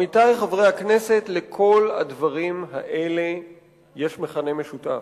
עמיתי חברי הכנסת, לכל הדברים האלה יש מכנה משותף,